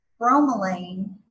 bromelain